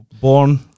born